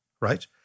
right